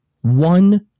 one